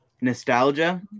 nostalgia